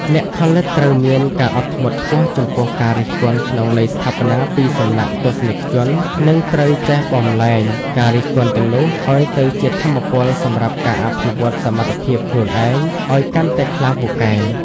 អ្នកផលិតត្រូវមានការអត់ធ្មត់ខ្ពស់ចំពោះការរិះគន់ក្នុងន័យស្ថាបនាពីសំណាក់ទស្សនិកជន និងត្រូវចេះបំប្លែងការរិះគន់ទាំងនោះឱ្យទៅជាថាមពលសម្រាប់ការអភិវឌ្ឍសមត្ថភាពខ្លួនឯងឱ្យកាន់តែខ្លាំងពូកែ។